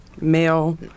male